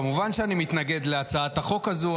כמובן שאני מתנגד להצעת החוק הזאת.